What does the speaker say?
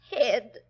head